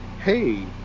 hey